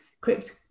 crypt